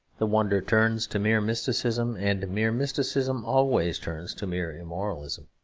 the wonder turns to mere mysticism and mere mysticism always turns to mere immoralism.